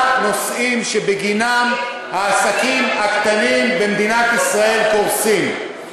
נושאים שבגינם העסקים הקטנים במדינת ישראל קורסים,